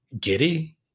Giddy